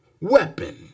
weapon